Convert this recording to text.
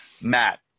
Matt